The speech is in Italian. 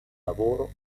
lavoro